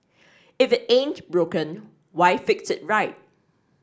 if it ain't broken why fix it right